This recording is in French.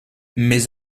mes